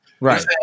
Right